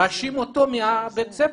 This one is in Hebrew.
משהים אותו מבית הספר.